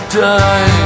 die